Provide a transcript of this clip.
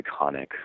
iconic